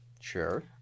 sure